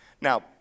Now